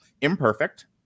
imperfect